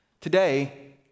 Today